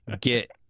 get